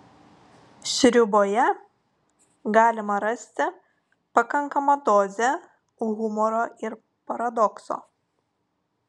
sriuboje galima rasti pakankamą dozę humoro ir paradokso